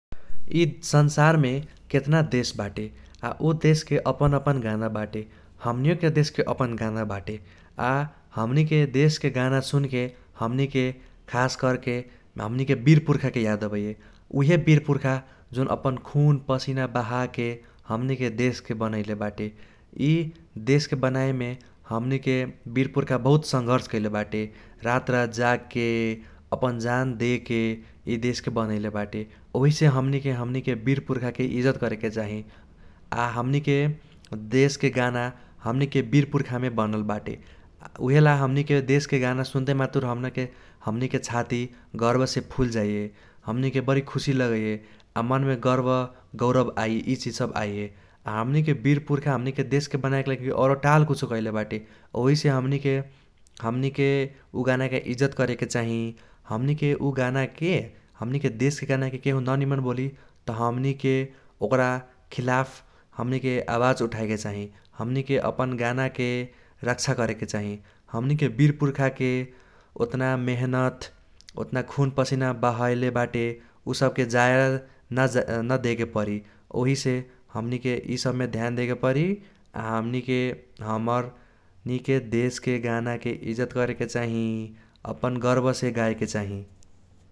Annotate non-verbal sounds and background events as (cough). यी संसारमे केत्ना देश बाटे आ ओ देशके अपन अपन गाना बाटे। हमनियोके देशके अपन गाना बाटे। आ हमनिके देशके गाना सुनके हमनिके खास कर्के हमनिके बीर पुर्खाके याद आबैये। उहे बीर पुर्खा जोन अपन खुन, पसीना बहाके हमनिके देशके बनैले बाटे। यी देशके बनाएमे हमनिके बीर पुर्खा बहुत संघर्ष कैले बाटे। रात रात जागके, अपन जान देके यी देशके बनाएले बाटे। ओहिसे हमनिके हमनिके बीर पुर्खाके इज्जत करेके चाही। आ हमनिके देशके गाना, हमनिके बीर पुर्खामे बनल बाटे। आ ऊहेल हमनिके देशके गाना सुनते मातुर (unintelligible) हमनिके छाती गर्बसे फुल जाइए। हमनिके बरी खुसी लगैये आ मनमे गर्ब गौरब आई, यी चीज सब आईये। आ हमनिके बीर पुर्खा हमनिके देशके बनाएके लागि औरो टाल कुछो कैले बाटे। ओहिसे हमनिके हमनिके ऊ गानाके इज्जत करेके चाही। हमनिके ऊ गानाके हमनिके देशके गानाके केहो ननिमन बोली त हमनिके ओक्रा खिलाफ हमनिके आवाज उठाएके चाही। हमनिके अपन गानाके रक्क्षया करेके चाही। हमनिके बीर पुर्खाके ओत्ना मिहीनेत, ओतना खुन पसीना बहैले बाटे ऊ सबके जाया (unintelligible) नदेके परी। ओहिसे हमनिके यी सबमे ध्यान दैके परी आ हमनिके हमर निके देशके गानाके इज्जत करेके चाही, अपन गर्बसे गाएके चाही।